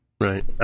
Right